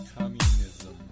Communism